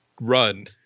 run